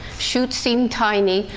shoots seem tiny,